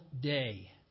day